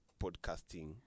podcasting